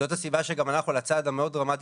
זאת הסיבה שגם הלכנו על הצעד המאוד דרמטי,